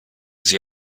sie